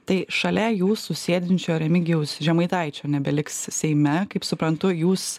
tai šalia jūsų sėdinčio remigijaus žemaitaičio nebeliks seime kaip suprantu jūs